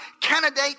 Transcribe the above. candidate